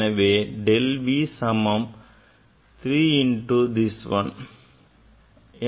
எனவே del v சமம் 3 into this one